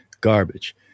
Garbage